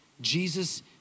Jesus